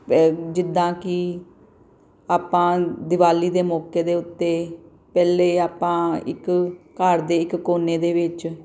ਅਤੇ ਜਿੱਦਾਂ ਕਿ ਆਪਾਂ ਦਿਵਾਲੀ ਦੇ ਮੌਕੇ ਦੇ ਉੱਤੇ ਪਹਿਲੇ ਆਪਾਂ ਇੱਕ ਘਰ ਦੇ ਇੱਕ ਕੋਨੇ ਦੇ ਵਿੱਚ